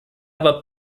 aber